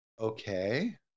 okay